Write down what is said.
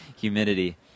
humidity